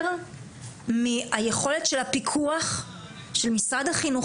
מהיכולת של הפיקוח של משרד החינוך,